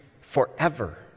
forever